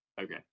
Okay